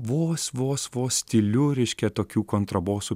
vos vos vos tyliu reiškia tokių kontrabosų